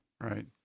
Right